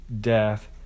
death